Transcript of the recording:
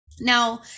Now